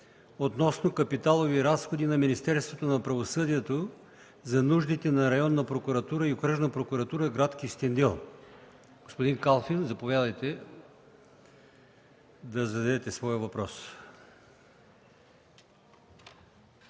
относно капиталови разходи на Министерството на правосъдието за нуждите на Районна прокуратура и Окръжна прокуратура – град Кюстендил. Господин Калфин, заповядайте, за да зададете своя въпрос.